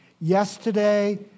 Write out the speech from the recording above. yesterday